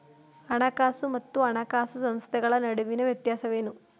ಹಣಕಾಸು ಮತ್ತು ಹಣಕಾಸು ಸಂಸ್ಥೆಗಳ ನಡುವಿನ ವ್ಯತ್ಯಾಸವೇನು?